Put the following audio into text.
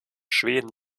schweden